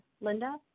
Linda